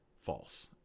false